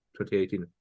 2018